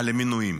על המינויים,